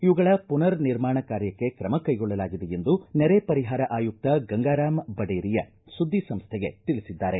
ಇವುಗಳ ಪುನರ್ ನಿರ್ಮಾಣ ಕಾರ್ಯಕ್ಕೆ ತ್ರಮ ಕೈಗೊಳ್ಳಲಾಗಿದೆ ಎಂದು ನೆರೆ ಪರಿಹಾರ ಆಯುಕ್ತ ಗಂಗರಾಮ್ ಬಡೇರಿಯಾ ಸುದ್ದಿ ಸಂಸ್ಟೆಗೆ ತಿಳಿಸಿದ್ದಾರೆ